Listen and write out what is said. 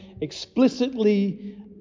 explicitly